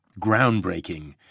groundbreaking